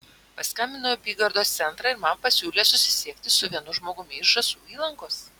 paskambinau į apygardos centrą ir man pasiūlė susisiekti su vienu žmogumi iš žąsų įlankos